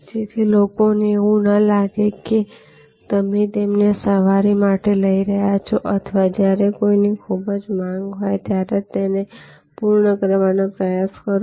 જેથી લોકોને એવું ન લાગે કે તમે તેમને સવારી માટે લઈ રહ્યા છો અથવા જ્યારે કોઈની ખૂબ માંગ હોય ત્યારે તેને પૂર્ણ કરવાનો પ્રયાસ કરો